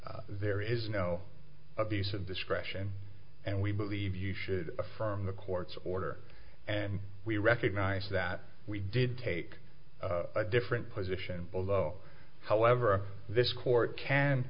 there is no abuse of discretion and we believe you should affirm the court's order and we recognize that we did take a different position although however this court can